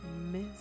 miss